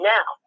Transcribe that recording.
Now